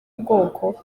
bwoko